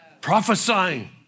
Prophesying